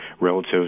relative